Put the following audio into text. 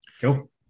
Cool